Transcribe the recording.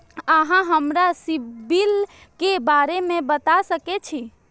अहाँ हमरा सिबिल के बारे में बता सके छी?